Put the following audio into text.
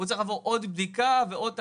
הוא צריך עוד בדיקה ועוד תהליכים.